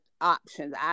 options